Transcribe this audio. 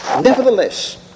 Nevertheless